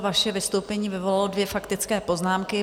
Vaše vystoupení vyvolalo dvě faktické poznámky.